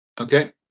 Okay